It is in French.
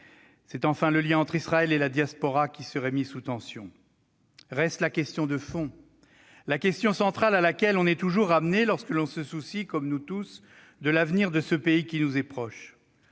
C'est enfin le lien entre Israël et la diaspora qui serait mis en tension. Reste la question de fond, la question centrale à laquelle on est toujours ramené lorsque l'on se soucie, comme nous tous, de l'avenir de ce pays qui nous est proche